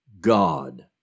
God